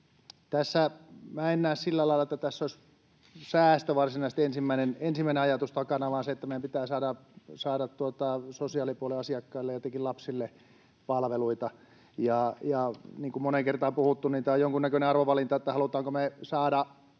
En näe sillä lailla, että tässä olisi säästö varsinaisesti ensimmäisenä ajatuksena takana vaan se, että meidän pitää saada sosiaalipuolen asiakkaille ja etenkin lapsille palveluita. Ja niin kuin on moneen kertaan puhuttu, niin tämä on jonkunnäköinen arvovalinta, halutaanko me saada